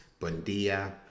Bondia